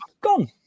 gone